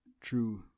true